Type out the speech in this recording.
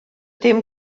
dim